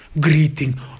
greeting